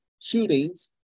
shootings